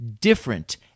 different